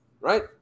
right